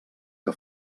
que